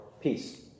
peace